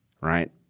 right